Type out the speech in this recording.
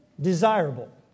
desirable